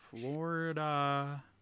Florida